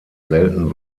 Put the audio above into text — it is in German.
selten